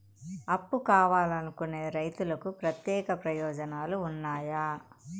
అప్పు కావాలనుకునే రైతులకు ప్రత్యేక ప్రయోజనాలు ఉన్నాయా?